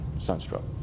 Sunstroke